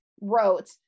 wrote